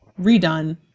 redone